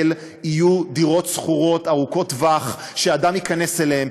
יהיו דירות שכורות לטווח ארוך שאדם ייכנס אליהן,